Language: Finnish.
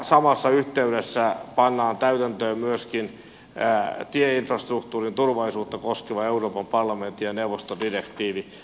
samassa yhteydessä pannaan täytäntöön myöskin tieinfrastruktuurin turvallisuutta koskeva euroopan parlamentin ja neuvoston direktiivi